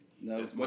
No